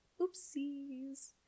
Oopsies